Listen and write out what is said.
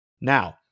Now